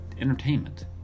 entertainment